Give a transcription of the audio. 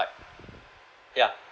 like ya